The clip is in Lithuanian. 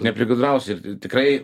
neprigudrausi ir tikrai